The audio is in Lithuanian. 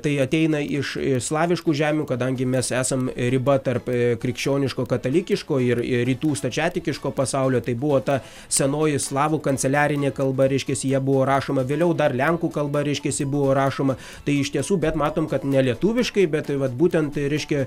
tai ateina iš slaviškų žemių kadangi mes esam riba tarp krikščioniško katalikiško ir rytų stačiatikiško pasaulio tai buvo ta senoji slavų kanceliarinė kalba reiškiasi ja buvo rašoma vėliau dar lenkų kalba reiškiasi buvo rašoma tai iš tiesų bet matom kad nelietuviškai bet tai vat būtent reiškia